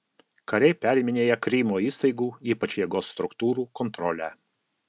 kariai periminėja krymo įstaigų ypač jėgos struktūrų kontrolę